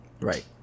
Right